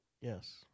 Yes